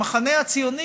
המחנה הציוני,